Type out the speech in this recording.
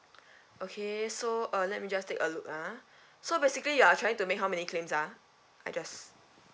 okay so uh let me just take a look ah so basically you are trying to make how many claims ah I just